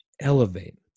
elevate